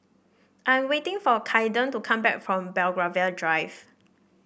I'm waiting for Caiden to come back from Belgravia Drive